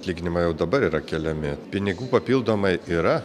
atlyginimai jau dabar yra keliami pinigų papildomai yra